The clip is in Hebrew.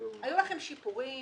היו לכם שיפורים,